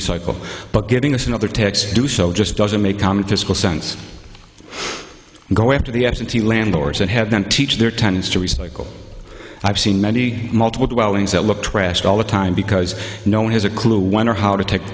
recycle but giving us another tax do so just doesn't make common sense go after the absentee landlords and have them teach their tenants to recycle i've seen many multiple dwellings that look trashed all the time because no one has a clue wonder how to take